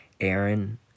Aaron